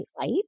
light